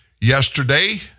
Yesterday